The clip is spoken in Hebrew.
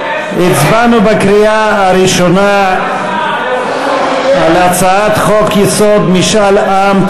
הראשונה על הצעת חוק-יסוד: משאל עם.